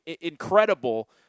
incredible